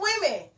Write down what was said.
women